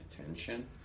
attention